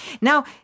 Now